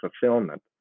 fulfillment